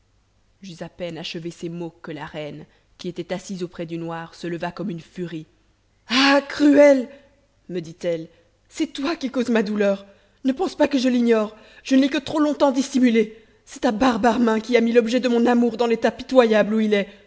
j'eus à peine achevé ces mots que la reine qui était assise auprès du noir se leva comme une furie ah cruel me dit-elle c'est toi qui causes ma douleur ne pense pas que je l'ignore je ne l'ai que trop longtemps dissimulé c'est ta barbare main qui a mis l'objet de mon amour dans l'état pitoyable où il est